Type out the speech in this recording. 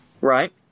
Right